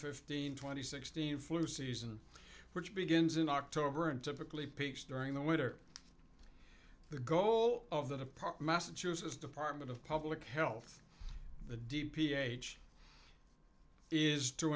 fifteen twenty sixteen flu season which begins in october and typically peaks during the winter the goal of the part massachusetts department of public health the d p h is to